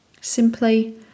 Simply